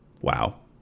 Wow